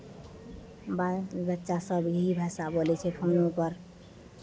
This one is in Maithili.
बाल बच्चासभ यही भाषा बोलै छियै फोनोपर